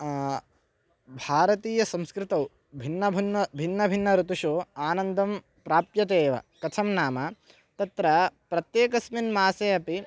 भारतीयसंस्कृतौ भिन्नभन्न भिन्नभिन्न ऋतुषु आनन्दं प्राप्यते एव कथं नाम तत्र प्रत्येकस्मिन् मासे अपि